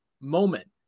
moment